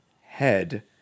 head